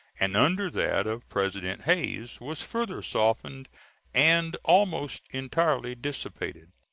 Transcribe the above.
and under that of president hayes was further softened and almost entirely dissipated.